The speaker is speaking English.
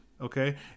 Okay